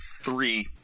three